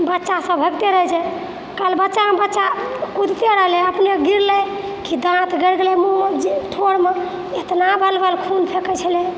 बच्चासभ भगिते रहै छै कल बच्चामे बच्चा कुदिते रहलै अपने गिरलै कि दाँत गड़ि गेलै मुँहमे ठोरमे इतना बलबल खून फेकै छलै